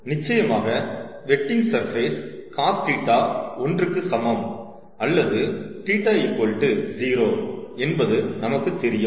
நிச்சயமாக wetting surface cosθ 1 க்கு சமம் அல்லது θ 0 என்பது நமக்கு தெரியும்